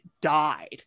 died